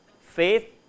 Faith